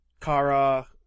Kara